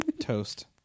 Toast